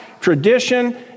tradition